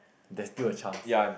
there is still a chance